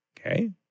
Okay